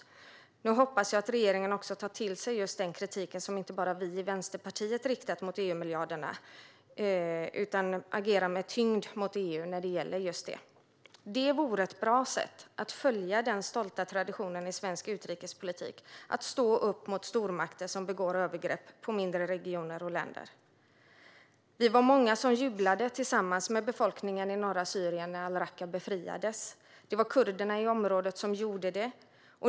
Nu hoppas jag att regeringen också tar till sig den kritik som inte bara vi i Vänsterpartiet har riktat mot EU-miljarderna och agerar med tyngd mot EU när det gäller just detta. Det vore ett bra sätt att följa den stolta traditionen i svensk utrikespolitik att stå upp mot stormakter som begår övergrepp mot mindre regioner och länder. Vi var många som jublade tillsammans med befolkningen i norra Syrien när al-Raqqa befriades. Det var kurderna i området som gjorde det.